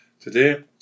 Today